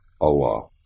Allah